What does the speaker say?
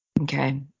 Okay